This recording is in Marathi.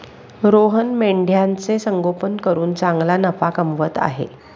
रोहन मेंढ्यांचे संगोपन करून चांगला नफा कमवत आहे